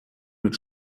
mit